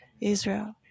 Israel